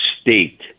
state